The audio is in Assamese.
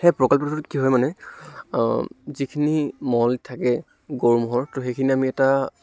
সেই প্ৰকল্পটোত কি হয় মানে যিখিনি মল থাকে গৰু ম'হৰ ত' সেইখিনি আমি এটা